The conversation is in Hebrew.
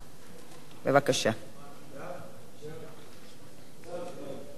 ההצעה להעביר את הנושא